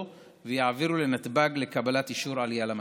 ויעבירו לנתב"ג לקבלת אישור עלייה למטוס.